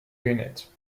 lunette